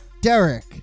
Derek